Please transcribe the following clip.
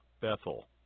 Bethel